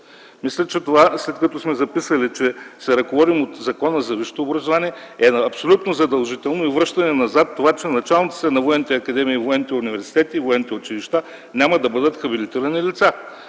Мисля, че това, след като сме записали, че се ръководим от Закона за висшето образование, е абсолютно задължително и се връщаме назад с това, че началниците на военните академии, на военните университети и военните училища няма да бъдат хабилитирани лица.